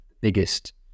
biggest